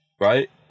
Right